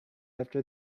after